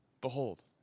Behold